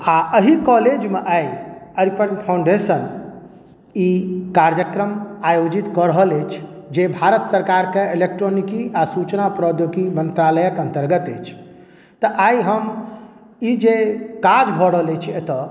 आ एहि हि कॉलेजमे आइ अरिपन फाउण्डेशन ई कार्यकम आयोजित कऽ रहल अछि जे भारत सरकारके इलेक्ट्रॉनिकी आ सूचना प्रोद्योगिकी मंत्रालयके अंतर्गत अछि तऽ आइ हम ई जे काज भऽ रहल अछि एतऽ